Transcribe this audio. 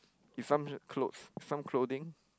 is some clothes some clothing